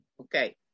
Okay